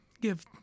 give